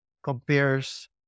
compares